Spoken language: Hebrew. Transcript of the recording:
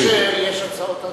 כן, יש עוד הצעות.